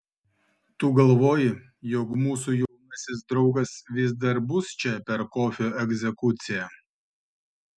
tu galvoji jog mūsų jaunasis draugas vis dar bus čia per kofio egzekuciją